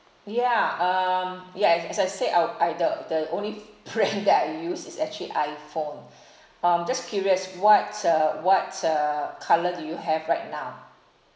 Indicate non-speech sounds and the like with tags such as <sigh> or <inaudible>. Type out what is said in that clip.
yeah um ya a~ as I said I will I the the only ph~ brand <laughs> that I use is actually iphone um just curious what uh what uh colour do you have right now